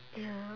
ya